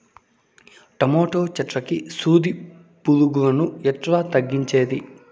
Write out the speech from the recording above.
Tomato చెట్లకు సూది పులుగులను ఎట్లా తగ్గించేది?